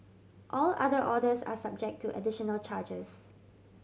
all other orders are subject to additional charges